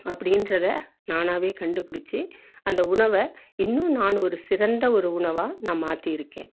அப்படின்றத நானாகவே கண்டுப்பிடிச்சி அந்த உணவை இன்னும் நான் ஒரு சிறந்த ஒரு உணவாக நான் மாத்தியிருக்கேன்